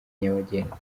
nyabagendwa